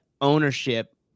ownership